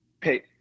Pay